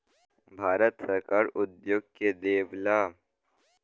भारत सरकार उद्योग के देवऽला